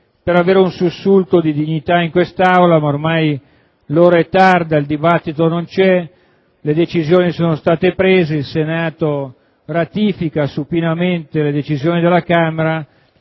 per avere un sussulto di dignità in quest'Aula, ma ormai l'ora è tarda, il dibattito non c'è, le decisioni sono state prese, il Senato ratifica supinamente le decisioni della Camera.